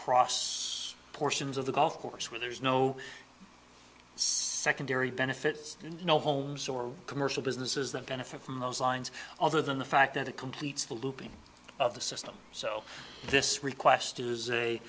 cross portions of the golf course where there is no secondary benefits no homes or commercial businesses that benefit from those lines other than the fact that it completes the looping of the system so this request is a